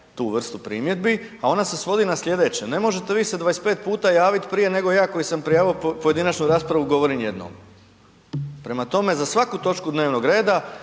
tu vrstu primjedbi, a ona se svodi na sljedeće, ne možete vi sada 25 puta javiti prije nego ja koji sam prijavio pojedinačnu raspravu govorim jednom. Prema tome, za svaku točku dnevnog reda